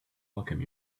welcome